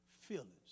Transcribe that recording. feelings